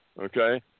Okay